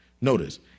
Notice